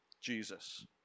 Jesus